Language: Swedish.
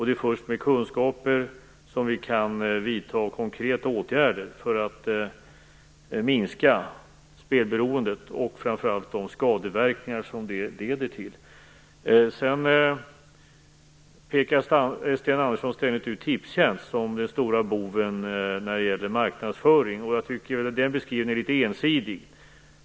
Det är först med kunskaper som vi kan vidta konkreta åtgärder för att minska spelberoendet och de skadeverkningar det leder till. Sedan pekar Sten Andersson ständigt ut Tipstjänst som den stora boven när det gäller marknadsföring. Jag tycker att den beskrivningen är litet ensidig.